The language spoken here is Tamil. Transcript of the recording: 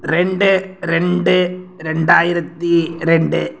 ரெண்டு ரெண்டு ரெண்டாயிரத்து ரெண்டு